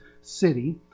city